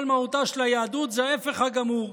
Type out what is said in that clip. כל מהותה של היהדות זה ההפך הגמור.